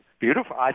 Beautiful